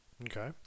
Okay